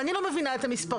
ואני לא מבינה את המספרים.